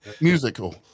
Musical